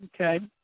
Okay